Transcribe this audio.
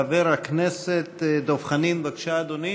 חבר הכנסת דב חנין, בבקשה, אדוני,